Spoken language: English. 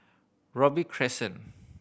Robey Crescent